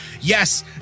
yes